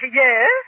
yes